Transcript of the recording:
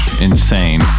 insane